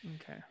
okay